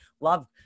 love